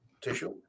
tissue